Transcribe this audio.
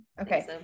Okay